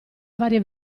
varie